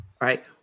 right